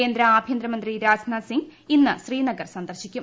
കേന്ദ്ര ആഭ്യന്ത്രമന്ത്രിക്യാജ്നാഥ് സിംഗ് ഇന്ന് ശ്രീനഗർ സന്ദർശിക്കും